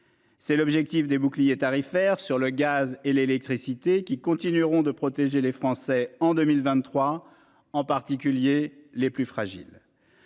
C'est l'objectif des bouclier tarifaire sur le gaz et l'électricité qui continueront de protéger les Français en 2023 en particulier les plus fragiles.